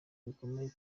bikomeye